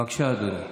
בבקשה, אדוני,